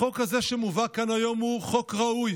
החוק הזה שמובא כאן היום הוא חוק ראוי.